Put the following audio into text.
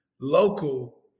local